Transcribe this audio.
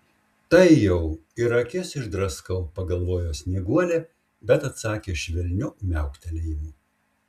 tai jau ir akis išdraskau pagalvojo snieguolė bet atsakė švelniu miauktelėjimu